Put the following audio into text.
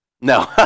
No